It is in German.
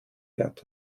wert